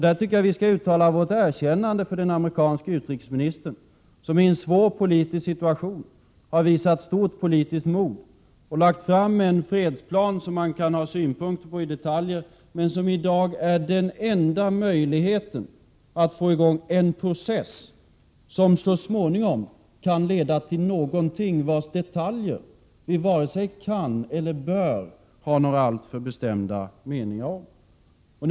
Där tycker jag att vi skall uttala vårt erkännande för den amerikanske utrikesministern, som i en svår politisk situation har visat stort politiskt mod och lagt fram en fredsplan som man kan ha synpunkter på vad gäller detaljer men som i dag är den enda möjligheten att få i gång en process som så småningom kan leda till någonting vars detaljer vi vare sig kan eller bör ha några alltför bestämda meningar om.